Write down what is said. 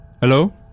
Hello